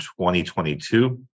2022